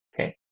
okay